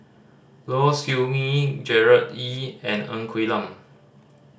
Low Siew Nghee Gerard Ee and Ng Quee Lam